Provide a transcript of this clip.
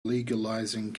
legalizing